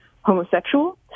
homosexual